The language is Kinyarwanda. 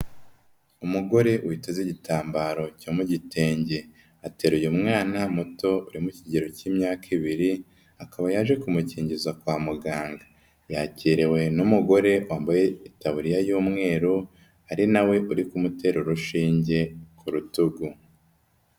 Umugore witeze igitambaro cya mu gitenge, ateruye umwana muto uri mu kigero k'imyaka ibiri, akaba yaje kumukingiza kwa muganga, yakiriwe n'umugore wambaye itaburiya y'umweru, ari na we uri kumutera urushinge ku rutugu.